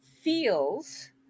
feels